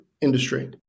industry